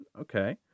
Okay